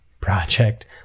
project